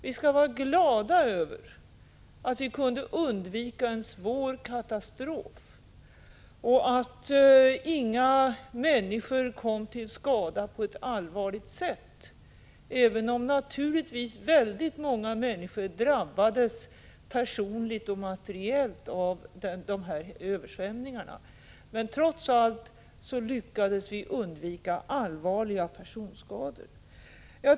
Vi skall vara glada över att vi kunde undvika en svår katastrof och att inga människor kom till skada på ett allvarligt sätt, även om naturligtvis väldigt många människor drabbades personligt och materiellt av översvämningarna. Trots allt lyckades vi undvika allvarliga personskador.